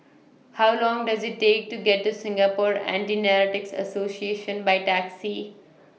How Long Does IT Take to get to Singapore Anti Narcotics Association By Taxi